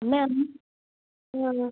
അമ്മ